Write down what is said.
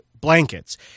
blankets